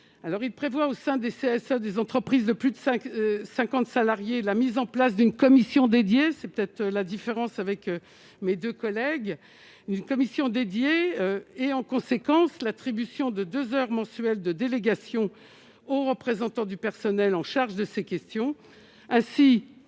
il prévoit au sein du CSA, des entreprises de plus de 5 50 salariés la mise en place d'une commission dédiée, c'est peut-être la différence avec mes 2 collègues une commission dédiée et en conséquence, l'attribution de 2 heures mensuelles de délégation aux représentants du personnel en charge de ces questions